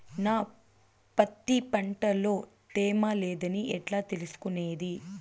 నా పత్తి పంట లో తేమ లేదని ఎట్లా తెలుసుకునేది?